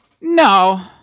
No